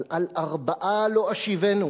אבל על ארבעה לא אשיבנו.